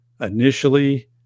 initially